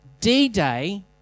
d-day